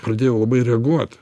pradėjau labai reaguot